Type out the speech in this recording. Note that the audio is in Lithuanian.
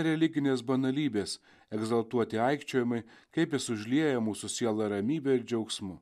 religinės banalybės egzaltuoti aikčiojimai kaip jis užlieja mūsų sielą ramybe ir džiaugsmu